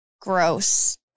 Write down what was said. gross